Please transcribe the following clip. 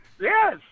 Yes